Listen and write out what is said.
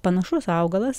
panašus augalas